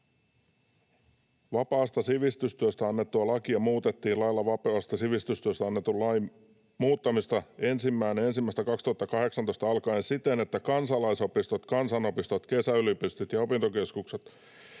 ”Vapaasta sivistystyöstä annettua lakia muutettiin lailla vapaasta sivistystyöstä annetun lain muuttamisesta 1.1.2018 alkaen siten, että kansalaisopistot, kansanopistot, kesäyliopistot ja opintokeskukset